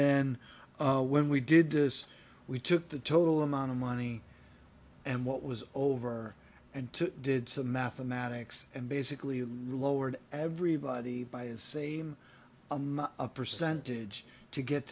then when we did this we took the total amount of money and what was over and to did some mathematics and basically lowered everybody by the same amount a percentage to get